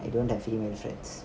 I don't have female friends